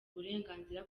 uburenganzira